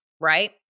right